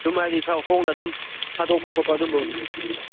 ꯑꯗꯨꯝ ꯍꯥꯏꯗꯤ ꯈꯔ ꯍꯣꯡꯅ ꯑꯗꯨꯝ ꯊꯥꯗꯣꯛꯄ ꯈꯣꯠꯄ ꯑꯗꯨꯝꯕ